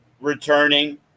returning